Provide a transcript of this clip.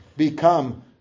become